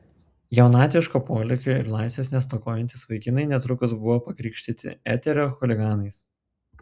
jaunatviško polėkio ir laisvės nestokojantys vaikinai netrukus buvo pakrikštyti eterio chuliganais